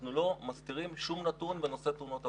אנחנו לא מסתירים שום נתון בנושא תאונות עבודה.